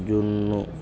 జున్ను